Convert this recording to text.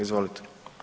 Izvolite.